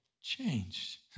changed